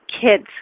kids